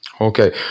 okay